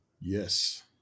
Yes